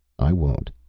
i won't,